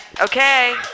Okay